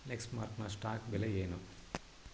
ಲೆಕ್ಸ್ಮಾರ್ಕ್ನ stock ಬೆಲೆ ಏನು